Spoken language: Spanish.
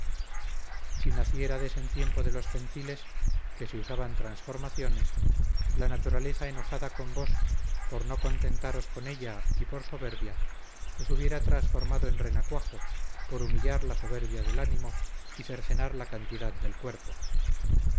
alcanzada toda si naciérades en tiempo de los gentiles que se usaban transformaciones la naturaleza enojada con vos por no contentaros con ella y por soberbia os hubiera transformado en renacuajo por humillar la soberbia del ánimo y cercenar la cantidad del cuerpo